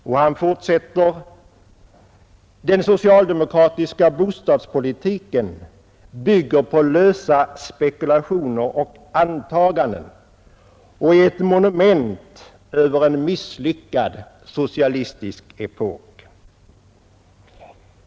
Han hävdar vidare att den socialdemokratiska bostadspolitiken bygger på lösa spekulationer och antaganden och är ett monument över en misslyckad socialistisk epok.